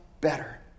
better